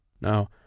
now